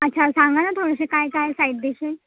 अच्छा सांगा ना थोडंसं काय काय साईड डिश आहे